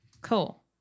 Cool